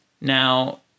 Now